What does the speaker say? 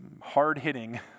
hard-hitting